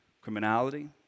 criminality